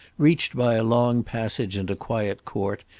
reached by a long passage and a quiet court,